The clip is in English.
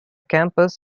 campus